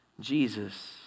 Jesus